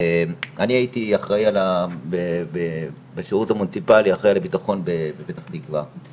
אני הייתי אחראי בשירות המוניציפלי על הבטחון בפתח תקוה,